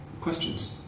Questions